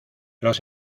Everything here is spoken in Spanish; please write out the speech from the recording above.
los